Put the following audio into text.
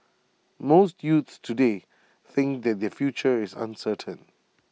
most youths today think that their future is uncertain